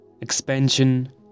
expansion